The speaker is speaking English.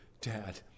Dad